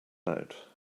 out